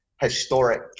historic